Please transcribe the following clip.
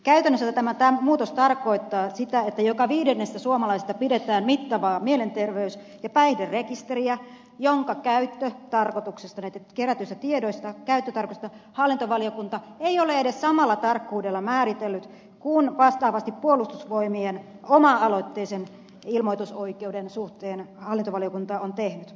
käytännössä tämä muutos tarkoittaa sitä että joka viidennestä suomalaisesta pidetään mittavaa mielenterveys ja päihderekisteriä johon kerätyistä tiedoista käyttötarkoituksesta hallintovaliokunta ei ole edes samalla tarkkuudella määritellyt kuin vastaavasti puolustusvoimien oma aloitteisen ilmoitusoikeuden suhteen se on tehnyt